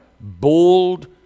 bold